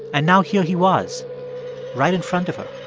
and now here he was right in front of her